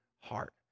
heart